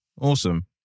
Awesome